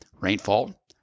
rainfall